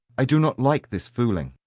i do not like this fooling.